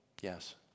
Yes